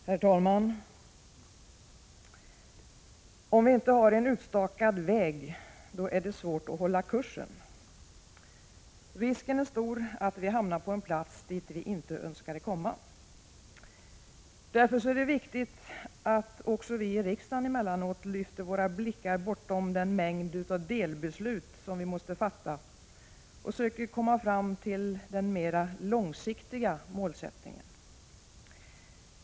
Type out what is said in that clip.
Herr talman! Om vi inte har en utstakad väg är det svårt att hålla kursen. Risken är stor att vi hamnar på en plats dit vi inte önskade komma. Därför är det viktigt att också vi i riksdagen emellanåt lyfter våra blickar bortom den mängd delbeslut vi måste fatta och söker komma fram till den mera långsiktiga målsättningen.